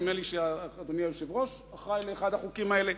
נדמה לי שאדוני היושב-ראש אחראי לאחד החוקים האלה,